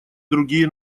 другие